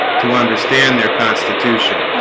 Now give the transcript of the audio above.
to understand their constitution